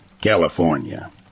California